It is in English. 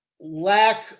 lack